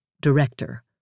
Director